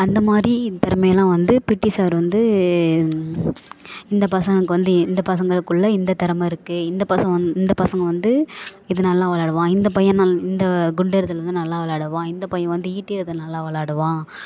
அந்தமாதிரி திறமை எல்லாம் வந்து பீடி சார் வந்து இந்த பசங்களுக்கு வந்து இந்த பசங்களுக்குள்ள இந்த திறமை இருக்குது இந்த பசங்க வந் இந்த பசங்க வந்து இது நல்லா விளாடுவான் இந்த பையன் நல் இந்த குண்டெறிதல் வந்து நல்லா விளாடுவான் இந்த பையன் வந்து ஈட்டி எறிதல் நல்லா விளாடுவான்